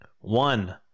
One